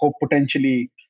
potentially